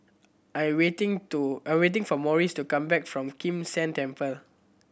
I'm waiting to I'm waiting for Maurice to come back from Kim San Temple